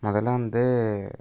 முதல்ல வந்து